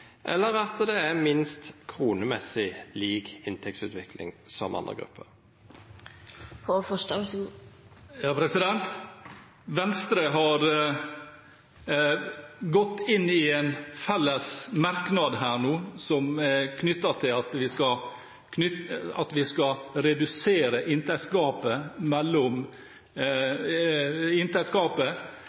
eller at det kronemessig minst er lik inntektsutviklinga til andre grupper? Venstre har vært med på en felles merknad her nå, som er knyttet til at vi skal redusere inntektsgapet.